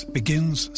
begins